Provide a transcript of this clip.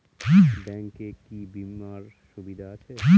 Bank এ কি কী বীমার সুবিধা আছে?